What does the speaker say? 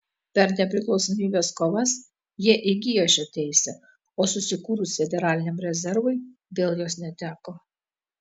per nepriklausomybės kovas jie įgijo šią teisę o susikūrus federaliniam rezervui vėl jos neteko